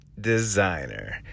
designer